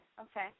okay